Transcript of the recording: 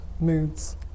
moods